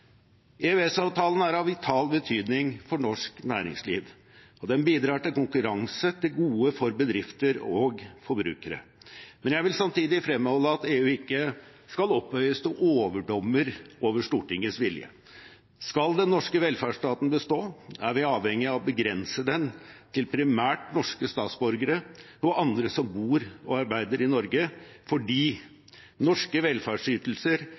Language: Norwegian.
er av vital betydning for norsk næringsliv, og den bidrar til konkurranse til gode for bedrifter og forbrukere. Men jeg vil samtidig fremholde at EU ikke skal opphøyes til overdommer over Stortingets vilje. Skal den norske velferdsstaten bestå, er vi avhengig av å begrense den til primært norske statsborgere og andre som bor og arbeider i Norge, fordi norske velferdsytelser